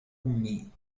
أمي